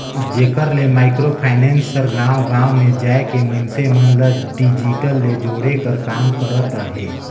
जेकर ले micro finance हर गाँव गाँव में जाए के मइनसे मन ल डिजिटल ले जोड़े कर काम करत अहे